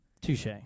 Touche